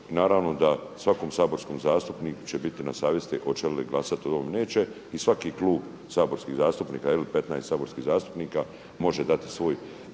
naravno da svakom saborskom zastupniku će biti na savjesti hoće li glasati o ovome ili neće i svaki klub saborskih zastupnika ili 15 saborskih zastupnika može dati svoj